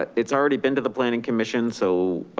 it's already been to the planning commission so